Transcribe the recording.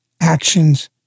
actions